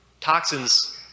Toxins